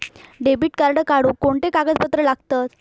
Debit card काढुक कोणते कागदपत्र लागतत?